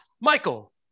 michael